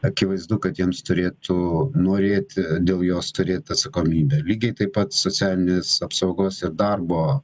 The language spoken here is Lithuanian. akivaizdu kad jiems turėtų norėti dėl jos turėt atsakomybę lygiai taip pat socialinės apsaugos ir darbo